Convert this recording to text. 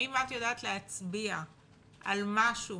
האם את יודעת להצביע על משהו